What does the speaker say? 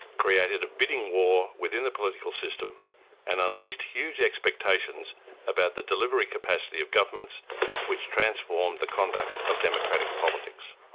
created a bidding war within the political system and unleashed huge expectations about the delivery capacity of governments which transformed the conduct of democratic politics.